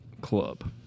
club